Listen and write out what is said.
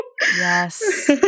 Yes